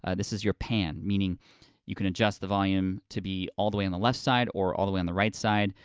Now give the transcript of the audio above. ah this is your pan, meaning you can adjust the volume to be all the way on the left side, or all the way on the right side,